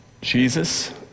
jesus